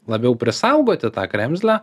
labiau prisaugoti tą kremzlę